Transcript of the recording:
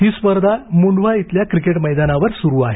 ही स्पर्धा मुंढवा इथल्या क्रिकेट मैदानावर सुरू आहे